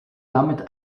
damit